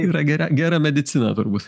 yra gera gera medicina turbūt